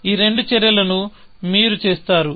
ఈ రెండు చర్యలను మీరు చేస్తారు